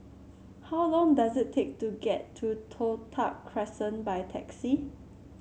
how long does it take to get to Toh Tuck Crescent by taxi